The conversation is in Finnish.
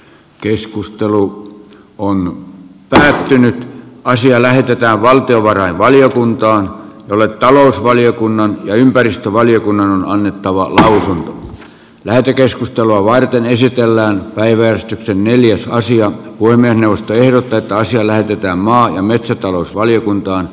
keskustelu on pöhöttynyttä asia lähetetään valtiovarainvaliokuntaan jolle talousvaliokunnan ja ympäristövaliokunnalle annettavalle lähetekeskustelua varten esitellään päiväys neljäs vuosi ja puhemiesneuvosto ehdottaa että asia lähetetään maa ja metsätalousvaliokuntaan